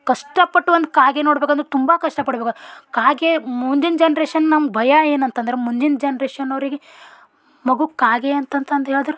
ಕಷ್ಟಪಟ್ಟು ಒಂದು ಕಾಗೆ ನೋಡಬೇಕಂದ್ರೂ ತುಂಬ ಕಷ್ಟ ಪಡ್ಬೇಕಾ ಕಾಗೆ ಮುಂದಿನ ಜನ್ರೇಷನ್ ನಮ್ಗೆ ಭಯ ಏನಂತಂದ್ರೆ ಮುಂದಿನ ಜನ್ರೇಷನ್ನವ್ರಿಗೆ ಮಗುಗೆ ಕಾಗೆ ಅಂತಂತಂದು ಹೇಳ್ದ್ರ